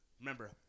Remember